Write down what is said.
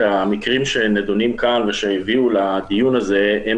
אני חושב שהמקרים שנדונים כאן ושהביאו לדיון הזה הם